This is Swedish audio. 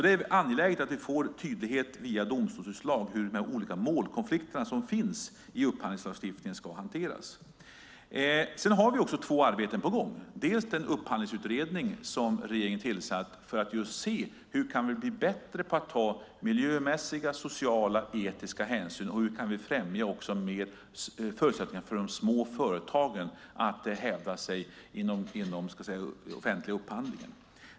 Det är angeläget att vi får tydliga domstolsutslag när de olika målkonflikter som finns i upphandlingslagstiftningen ska hanteras. Det finns två arbeten på gång. Det är bland annat den upphandlingsutredning som regeringen tillsatt för att vi ska se hur vi kan bli bättre på att ta miljömässiga, sociala och etiska hänsyn och hur vi kan främja förutsättningar för de små företagen att hävda sig i offentlig upphandling.